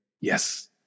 yes